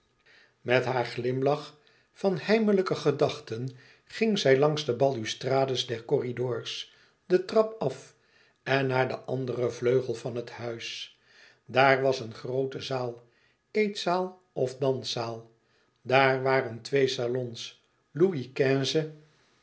met haar glimlach van heimlijke gedachten ging zij langs de balustrades der corridors de trap af en naar den anderen vleugel van het huis daar was een groote zaal eetzaal of danszaal daar waren twee salons louis